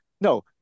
no